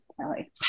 Kelly